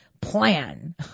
plan